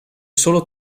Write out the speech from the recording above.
solo